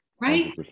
right